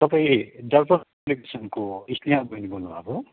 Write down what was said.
तपाईँ दर्पण पब्लिकेसनको स्नेहा बहिनी बोल्नु भएको हो